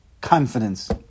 confidence